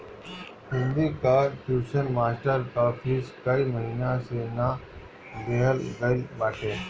हिंदी कअ tuition master कअ fees कई महिना से ना देहल गईल बाटे